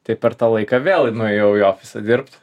tai per tą laiką vėl nuėjau į ofisą dirbt